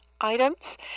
items